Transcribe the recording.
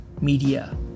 media